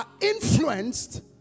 Influenced